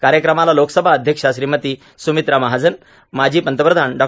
कार्यक्रमाला लोकसभा अध्यक्षा श्रीमती स्रमित्रा महाजन माजी पंतप्रधान डॉ